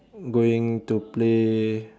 going to play